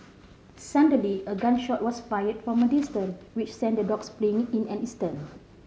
suddenly a gun shot was fired from a distance which sent the dogs fleeing in an instant